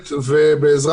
וכמו